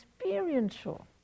experiential